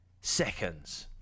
seconds